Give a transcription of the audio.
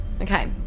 okay